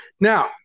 Now